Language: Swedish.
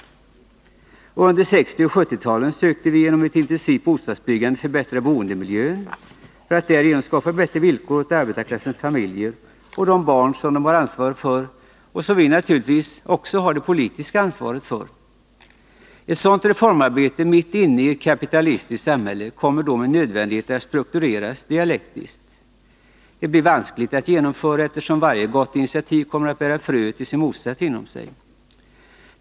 Och under 1960 och 1970-talen sökte vi genom ett intensivt bostadsbyggande förbättra boendemiljön för att därigenom skapa bättre villkor åt arbetarklassens familjer och de barn som dessa har ansvaret för och som vi naturligtvis har det politiska ansvaret för. Ett sådant reformarbete mitt inne i ett kapitalistiskt samhälle kommer då med nödvändighet att struktureras dialektiskt. Det blir vanskligt att genomföra, eftersom varje gott initiativ kommer att bära fröet till sin motsats inom sig.